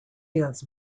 fields